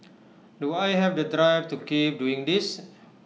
do I have the drive to keep doing this